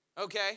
okay